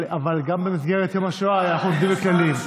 אבל גם במסגרת יום השואה אנחנו עובדים עם כללים.